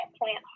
plant